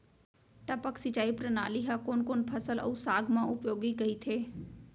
टपक सिंचाई प्रणाली ह कोन कोन फसल अऊ साग म उपयोगी कहिथे?